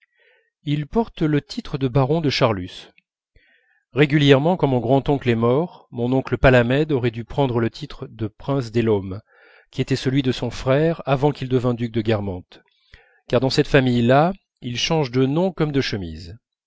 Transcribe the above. il porte le titre de baron de charlus régulièrement quand mon grand-oncle est mort mon oncle palamède aurait dû prendre le titre de prince des laumes qui était celui de son frère avant qu'il devînt duc de guermantes car dans cette famille là ils changent de nom comme de chemise